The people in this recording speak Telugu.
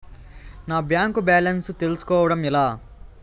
నా బ్యాంకు బ్యాలెన్స్ తెలుస్కోవడం ఎలా?